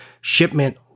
shipment